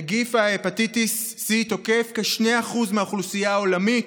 נגיף הפטיטיס C תוקף כ-2% מהאוכלוסייה העולמית,